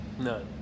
No